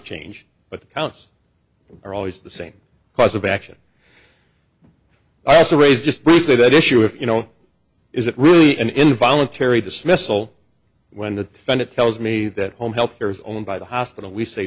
change but the counts are always the same cause of action also raise just briefly that issue if you know is it really an involuntary dismissal when the senate tells me that home health care is owned by the hospital we say